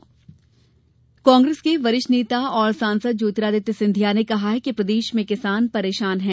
सिंधिया शहडोल कांग्रेस के वरिष्ठ नेता और सांसद ज्योतिरादित्य सिंधिया ने कहा है कि प्रदेश में किसान परेशान हैं